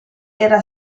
era